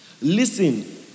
Listen